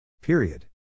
Period